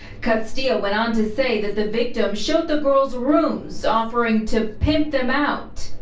castilla went on to say that the victim showed the girls rooms, offering to pimp them out.